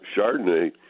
Chardonnay